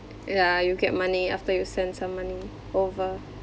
ya you get money after you send some money over